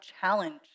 challenge